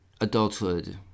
adulthood